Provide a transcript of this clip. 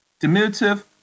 Diminutive